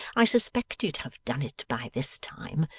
i suspect you'd have done it by this time.